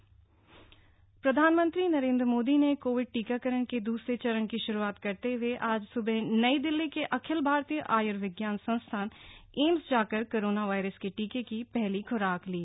PM vaccination प्रधानमंत्री नरेन्द्र मोदी ने covid टीकाकरण के द्रसरे चरण की श्रूआत करते हुए आज स्बह नई दिल्ली के अखिल भारतीय आय्र्विज्ञान संस्थान एम्स जाकर कोरोना वायरस के टीके की पहली ख्राक ली